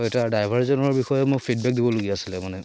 হয় তাৰ ড্ৰাইভাৰজনৰ বিষয়ে মই ফিডবেক দিবলগীয়া আছিলে মানে